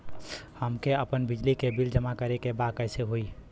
हमके आपन बिजली के बिल जमा करे के बा कैसे होई?